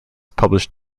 published